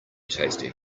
tasty